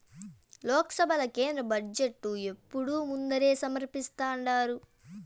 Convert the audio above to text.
లోక్సభల కేంద్ర బడ్జెటు ఎప్పుడూ ముందరే సమర్పిస్థాండారు